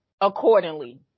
accordingly